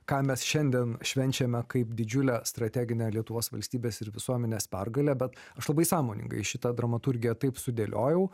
ką mes šiandien švenčiame kaip didžiulę strateginę lietuvos valstybės ir visuomenės pergalę bet aš labai sąmoningai šitą dramaturgiją taip sudėliojau